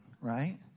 right